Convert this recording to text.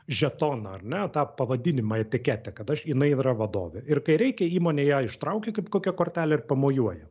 žetoną ar ne tą pavadinimą etiketę kad aš jinai yra vadovė ir kai reikia įmonė ją ištraukia kaip kokią kortelę ir pamojuoja